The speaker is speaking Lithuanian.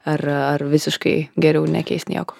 ar ar visiškai geriau nekeist nieko